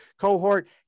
cohort